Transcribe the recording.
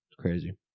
crazy